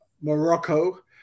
morocco